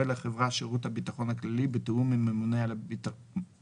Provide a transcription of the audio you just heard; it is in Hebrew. לחברה שירות הביטחון הכללי בתיאום עם ממונה הביטחון,